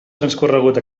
transcorregut